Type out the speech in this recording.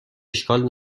اشکال